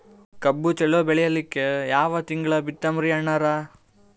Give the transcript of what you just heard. ಕಬ್ಬು ಚಲೋ ಬೆಳಿಲಿಕ್ಕಿ ಯಾ ತಿಂಗಳ ಬಿತ್ತಮ್ರೀ ಅಣ್ಣಾರ?